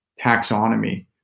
taxonomy